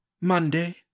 Monday